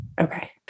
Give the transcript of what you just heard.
Okay